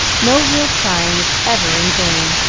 no real trying is ever in vain.